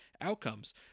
outcomes